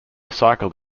cycled